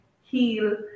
heal